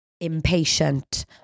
impatient